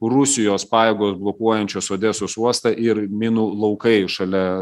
rusijos pajėgos blokuojančios odesos uostą ir minų laukai šalia